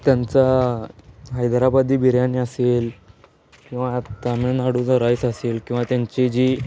त्यांचा हैदराबादी बिर्याणी असेल किंवा तामिळनाडूचा राईस असेल किंवा त्यांची जी